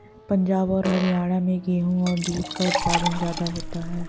पंजाब और हरयाणा में गेहू और दूध का उत्पादन ज्यादा होता है